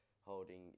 holding